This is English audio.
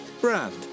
brand